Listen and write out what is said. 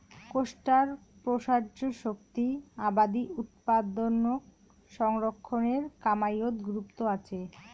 কোষ্টার প্রসার্য শক্তি আবাদি উৎপাদনক সংরক্ষণের কামাইয়ত গুরুত্ব আচে